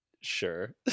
Sure